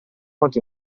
molti